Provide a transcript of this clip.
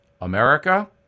America